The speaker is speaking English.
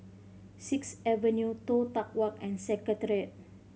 Sixth Avenue Toh Tuck Walk and Secretariat